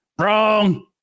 wrong